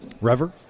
Rever